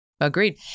Agreed